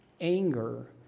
anger